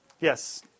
Yes